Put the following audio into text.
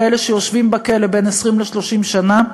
כאלה שיושבים בכלא בין 20 ל-30 שנה.